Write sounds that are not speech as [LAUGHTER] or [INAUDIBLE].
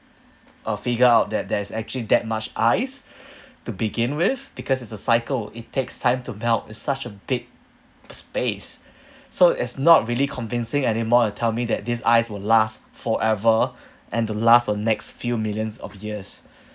uh figure out that there's actually that much ice [BREATH] to begin with because it's a cycle it takes time to melt it's such a big space [BREATH] so it's not really convincing anymore to tell me that this ice will last forever [BREATH] and to last a next few millions of years [BREATH]